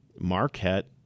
Marquette